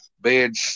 beds